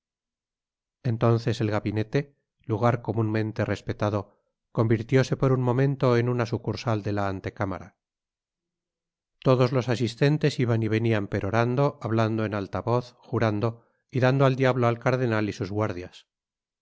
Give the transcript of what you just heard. entonces el gabinete lugar comunmente respetado convirtióse por un momento en una sucursal de la antecámara todos los asistentes iban y venian perorando hablando en alta voz jurando y dando al diablo al cardenal y sus guardias